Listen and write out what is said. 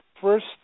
First